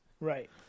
Right